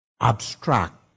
Abstract